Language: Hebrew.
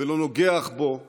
ולא נוגח בו בגסות.